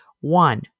One